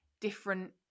different